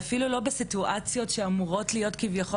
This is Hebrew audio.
מישהי צולמה עם אח שלה,